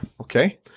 Okay